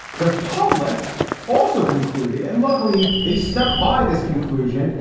the public also concluded and luckily they stuck by this conclusion.